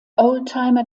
oldtimer